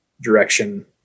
direction